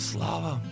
Slava